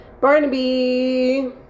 Barnaby